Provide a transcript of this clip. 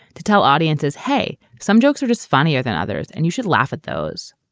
to tell audiences, hey, some jokes are just funnier than others and you should laugh at those.